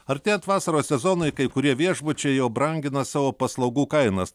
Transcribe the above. artėjant vasaros sezonui kai kurie viešbučiai jau brangina savo paslaugų kainas